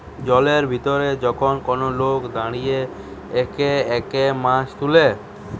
জলের ভিতরে যখন কোন লোক দাঁড়িয়ে একে একে মাছ তুলে